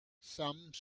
some